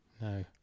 No